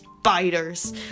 spiders